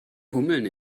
hummeln